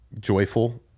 joyful